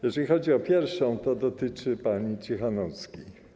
Jeżeli chodzi o pierwszą, to dotyczy pani Cichanouskiej.